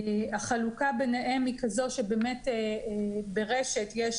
החלוקה ביניהם היא כזו שבאמת ברשת יש